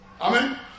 Amen